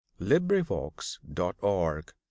LibriVox.org